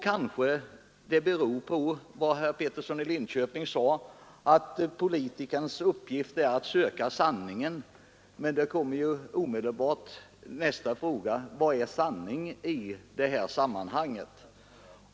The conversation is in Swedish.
Kanske det beror på vad herr Peterson i Linköping sade att politikerns uppgift är att söka sanningen. Men då kommer omedelbart nästa fråga: Vad är sanningen i det här sammanhanget?